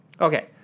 Okay